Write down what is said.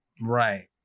Right